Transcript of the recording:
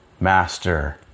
master